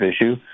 issue